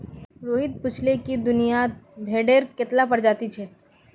रोहित पूछाले कि दुनियात भेडेर कत्ला प्रजाति छे